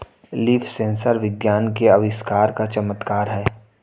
leaf sensor विज्ञान के आविष्कार का चमत्कार है